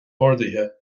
orduithe